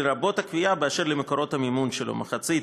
לרבות הקביעה של מקורות המימון שלו: מחצית